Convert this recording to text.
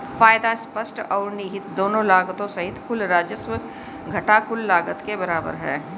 फायदा स्पष्ट और निहित दोनों लागतों सहित कुल राजस्व घटा कुल लागत के बराबर है